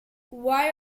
why